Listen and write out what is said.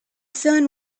son